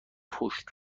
پشت